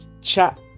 chat